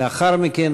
לאחר מכן,